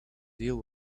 deal